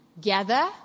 gather